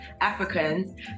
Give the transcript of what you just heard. Africans